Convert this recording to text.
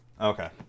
Okay